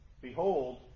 Behold